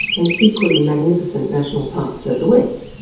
an equally magnificent national park further west.